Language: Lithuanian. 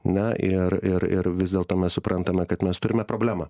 na ir ir ir vis dėlto mes suprantame kad mes turime problemą